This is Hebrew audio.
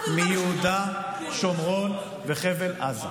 מיהודה, שומרון וחבל עזה.